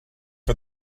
for